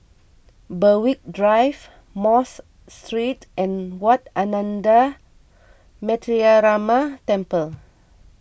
Berwick Drive Mosque Street and Wat Ananda Metyarama Temple